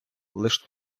лиш